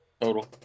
Total